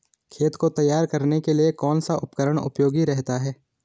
खेत को तैयार करने के लिए कौन सा उपकरण उपयोगी रहता है?